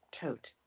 tote